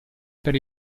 per